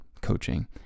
coaching